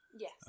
Yes